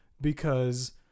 because-